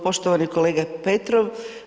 Poštovani kolega Petrov.